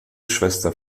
schwester